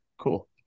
Cool